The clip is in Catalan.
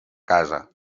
casa